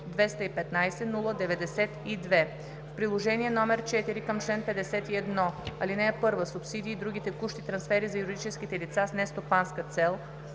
„215 092,0“. В Приложение № 4 към чл. 51, ал. 1 „Субсидии и други текущи трансфери за юридическите лица с нестопанска цел